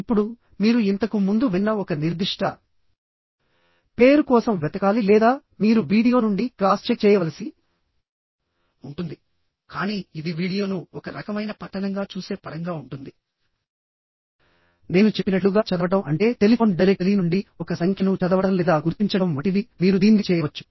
ఇప్పుడు మీరు ఇంతకు ముందు విన్న ఒక నిర్దిష్ట పేరు కోసం వెతకాలి లేదా మీరు వీడియో నుండి క్రాస్ చెక్ చేయవలసి ఉంటుంది కానీ ఇది వీడియోను ఒక రకమైన పఠనంగా చూసే పరంగా ఉంటుంది నేను చెప్పినట్లుగా చదవడం అంటే టెలిఫోన్ డైరెక్టరీ నుండి ఒక సంఖ్యను చదవడం లేదా గుర్తించడం వంటివి మీరు దీన్ని చేయవచ్చు